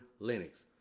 Linux